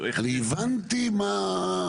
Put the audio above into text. אני הבנתי מה.